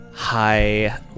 hi